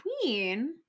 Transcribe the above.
Queen